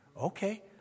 Okay